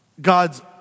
God's